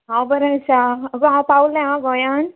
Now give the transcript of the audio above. हांव बरें आसा आगो हांव पावलें हा गोंयान